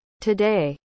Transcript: Today